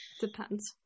depends